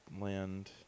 land